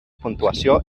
puntuació